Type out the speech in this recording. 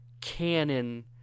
canon